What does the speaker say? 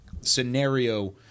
scenario